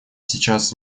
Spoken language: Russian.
сейчас